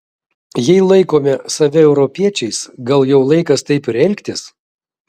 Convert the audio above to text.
jei laikome save europiečiais gal jau laikas taip ir elgtis